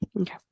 Okay